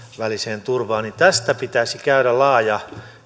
sisäiseen turvaan tästä pitäisi käydä laaja